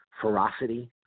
ferocity